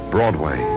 Broadway